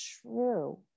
true